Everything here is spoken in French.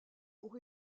pour